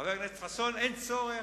חבר הכנסת חסון, אין צורך.